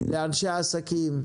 לאנשי העסקים,